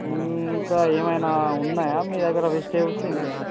ఇంకా ఏమైన ఉన్నాయా మీ దగ్గర వెజిటేబుల్స్ ఇంతేనా